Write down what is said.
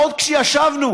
עוד כשישבנו